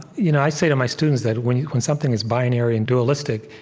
you know i say to my students that when when something is binary and dualistic,